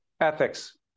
Ethics